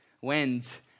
went